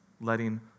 letting